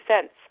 cents